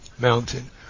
mountain